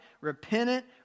repentant